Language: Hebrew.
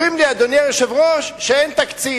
אומרים לי, אדוני היושב-ראש, שאין תקציב.